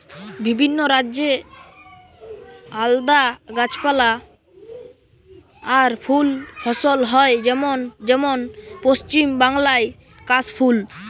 বিভিন্ন রাজ্যে আলদা গাছপালা আর ফুল ফসল হয় যেমন যেমন পশ্চিম বাংলায় কাশ ফুল